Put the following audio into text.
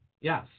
Yes